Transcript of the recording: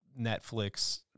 Netflix